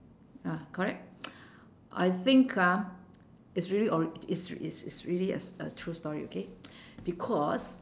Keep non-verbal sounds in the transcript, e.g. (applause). ah correct (noise) I think ah is really ori~ it's it's it's really a s~ a true story okay (noise) because